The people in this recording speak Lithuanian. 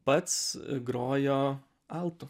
pats grojo altu